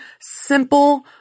simple